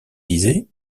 disaient